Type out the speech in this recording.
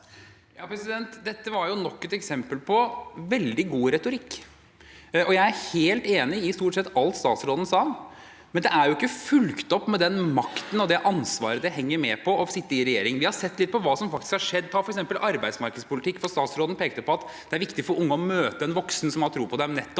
(H) Dette var nok et eks- empel på veldig god retorikk. Jeg er helt enig i stort sett alt statsråden sa, men det er ikke fulgt opp med den makten og det ansvaret som følger med å sitte i regjering. Vi har sett litt på hva som faktisk har skjedd på f.eks. arbeidsmarkedspolitikk, for statsråden pekte på at det er viktig for unge å møte voksne som har tro på dem – nettopp,